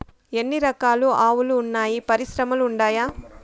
ఎన్ని రకాలు ఆవులు వున్నాయి పరిశ్రమలు ఉండాయా?